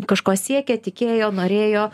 kažko siekė tikėjo norėjo